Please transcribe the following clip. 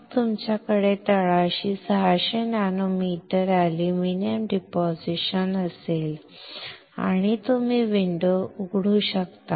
मग तुमच्याकडे तळाशी 600 नॅनोमीटर अॅल्युमिनियम डिपॉझिशन असेल आणि तुम्ही विंडो उघडू शकता